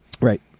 Right